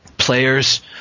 players